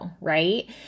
right